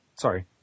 Sorry